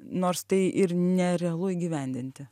nors tai ir nerealu įgyvendinti